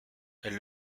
elles